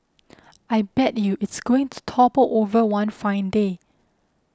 I bet you it's going to topple over one fine day